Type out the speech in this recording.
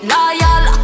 Loyal